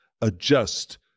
adjust